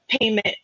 payment